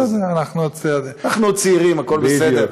בסדר, אנחנו עוד, אנחנו עוד צעירים, הכול בסדר.